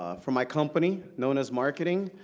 ah for my company, nonnahs marketing,